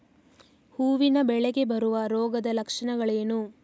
ಹೂವಿನ ಬೆಳೆಗೆ ಬರುವ ರೋಗದ ಲಕ್ಷಣಗಳೇನು?